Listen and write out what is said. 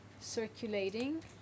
circulating